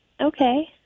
Okay